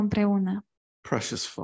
Precious